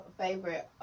favorite